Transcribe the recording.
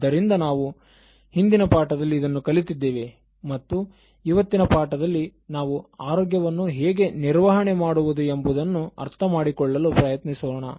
ಆದ್ದರಿಂದ ನಾವು ಹಿಂದಿನ ಪಾಠದಲ್ಲಿ ಇದನ್ನು ಕಲಿತಿದ್ದೇವೆ ಮತ್ತು ಇವತ್ತಿನ ಪಾಠದಲ್ಲಿ ನಾವು ಆರೋಗ್ಯವನ್ನು ಹೇಗೆ ನಿರ್ವಹಣೆ ಮಾಡುವುದು ಎಂಬುದನ್ನು ಅರ್ಥ ಮಾಡಿಕೊಳ್ಳಲು ಪ್ರಯತ್ನಿಸೋಣ